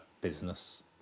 business